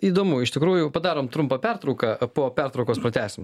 įdomu iš tikrųjų padarom trumpą pertrauką po pertraukos pratęsim